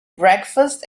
breakfast